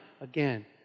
again